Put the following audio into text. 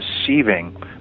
deceiving